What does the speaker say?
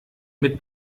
mit